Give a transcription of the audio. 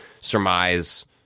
surmise